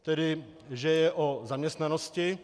Tedy že je o zaměstnanosti.